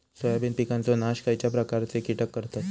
Soybean पिकांचो नाश खयच्या प्रकारचे कीटक करतत?